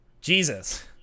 Jesus